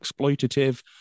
exploitative